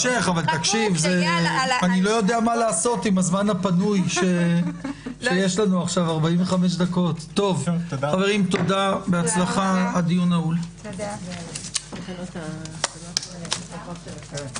הישיבה ננעלה בשעה 10:20.